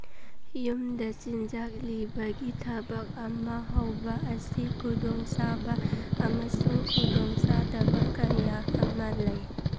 ꯌꯨꯝꯗ ꯆꯤꯟꯖꯥꯛ ꯂꯤꯕꯒꯤ ꯊꯕꯛ ꯑꯃ ꯍꯧꯕ ꯑꯁꯤ ꯈꯨꯗꯣꯡꯆꯥꯕ ꯑꯃꯁꯨꯡ ꯈꯨꯗꯣꯡꯆꯥꯗꯕ ꯀꯌꯥ ꯑꯃ ꯂꯩ